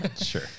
sure